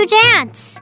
dance